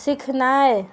सीखनाइ